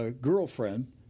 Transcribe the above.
girlfriend